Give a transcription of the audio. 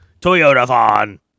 Toyota-thon